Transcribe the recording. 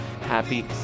Happy